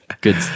Good